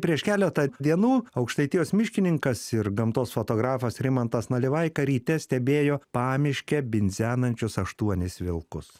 prieš keletą dienų aukštaitijos miškininkas ir gamtos fotografas rimantas nalivaika ryte stebėjo pamiške bidzenančius aštuonis vilkus